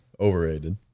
Overrated